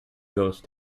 ghost